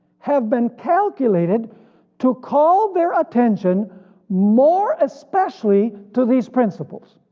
have been calculated to call their attention more especially to these principles.